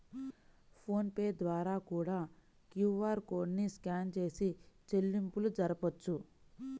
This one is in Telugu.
ఫోన్ పే ద్వారా కూడా క్యూఆర్ కోడ్ ని స్కాన్ చేసి చెల్లింపులు జరపొచ్చు